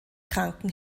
kranken